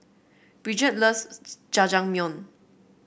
Bridgette loves Jajangmyeon